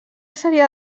seria